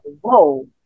Whoa